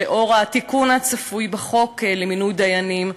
לאור התיקון הצפוי בחוק למינוי דיינים,